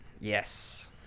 Yes